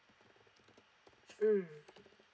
mm